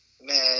man